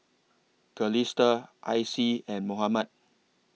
Calista Icie and Mohammad